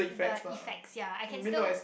the effects ya I can still